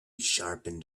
sharpened